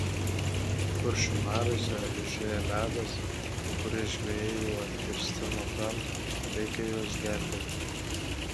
kuršių mariose eižėja ledas kai kurie žvejai jau atkirsti nuo kranto reikia juos gelbėti